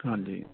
ਹਾਂਜੀ